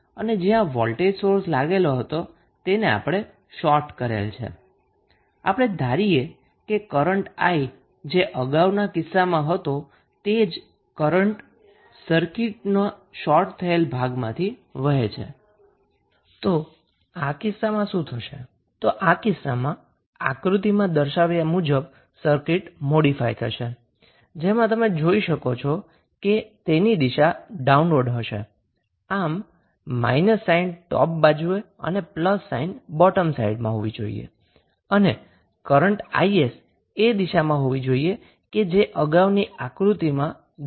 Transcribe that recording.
અને જ્યાં voltage source લાગેલ હતો તેને આપણે શોર્ટ કરેલ છે આપણે ધારીએ કે કરંટ I જે અગાઉના કિસ્સામાં હતો તે જ કરંટ સર્કિટ ના શોર્ટ થયેલ ભાગમાથી વહે છે